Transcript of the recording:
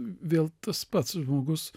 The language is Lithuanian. vėl tas pats žmogus